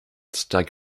stag